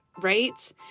right